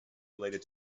related